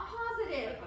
positive